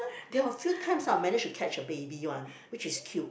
there are two types I manage to catch the baby one which is cute